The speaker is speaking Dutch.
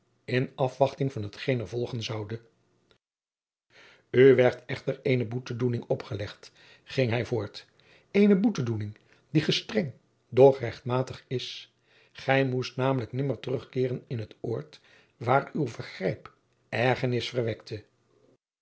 in afwachting van hetgeen er volgen zoude u werd echter eene boetedoening opgelegd ging hij voort eene boetedoening die gestreng doch rechtmatig is gij moest namelijk nimmer jacob van lennep de pleegzoon terugkeeren in het oord waar uw vergrijp ergernis verwekte